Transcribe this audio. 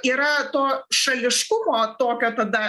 yra to šališkumo tokio tada